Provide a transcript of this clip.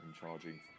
charging